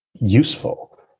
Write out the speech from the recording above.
useful